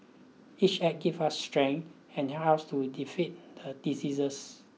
each act gave us strength and helped us to defeat the diseases